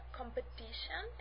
competition